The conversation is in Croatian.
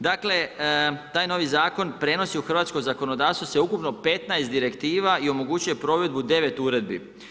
Dakle taj novi zakon prenosi u hrvatsko zakonodavstvo sveukupno 15 direktiva i omogućuje provedbu 9 uredbi.